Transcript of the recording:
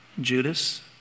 Judas